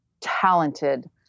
talented